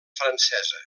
francesa